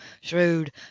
shrewd